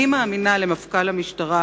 אני מאמינה למפכ"ל המשטרה,